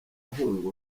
ahunga